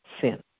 sin